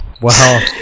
Wow